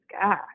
God